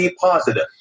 positive